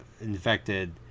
infected